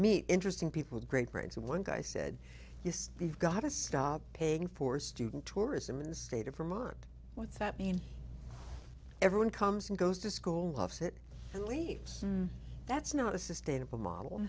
meet interesting people great brains and one guy said yes we've got to stop paying for student tourism in the state of vermont what's that mean everyone comes and goes to school loves it and leaves that's not a sustainable model